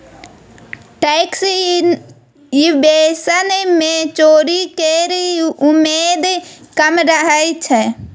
tax evasion मे चोरी केर उमेद कम रहय छै